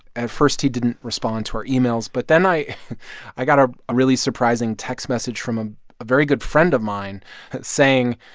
at first, he didn't respond to our emails. but then i i got a a really surprising text message from a very good friend of mine saying,